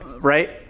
right